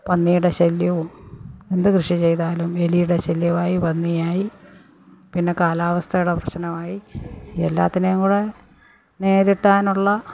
പന്നീട് ശല്യവും എന്തു കൃഷി ചെയ്താലും എലിയുടെ ശല്യമായി പന്നിയായി പിന്നെ കാലാവസ്ഥയുടെ പ്രശ്നമായി എല്ലാത്തിനെയും കൂടെ നേരിട്ടാനുള്ള